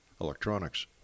electronics